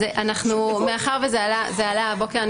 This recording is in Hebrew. זה עלה הבוקר.